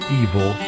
evil